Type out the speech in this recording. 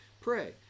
pray